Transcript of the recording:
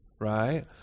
right